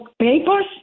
papers